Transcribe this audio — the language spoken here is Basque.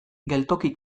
geltoki